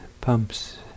pumps